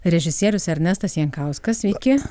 režisierius ernestas jankauskas sveiki